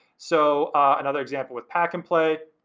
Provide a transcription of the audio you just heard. so, another example with pack'n play.